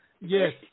Yes